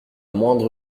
moindre